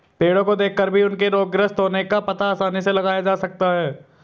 पेड़ो को देखकर भी उनके रोगग्रस्त होने का पता आसानी से लगाया जा सकता है